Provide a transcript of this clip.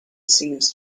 seems